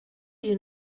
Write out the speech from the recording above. you